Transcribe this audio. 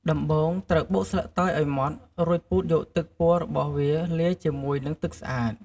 ដំបូងត្រូវបុកស្លឹកតើយឲ្យម៉ដ្ឋ រួចពូតយកទឹកពណ៌របស់វាលាយជាមួយនិងទឹកស្អាត។